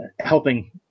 helping